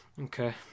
Okay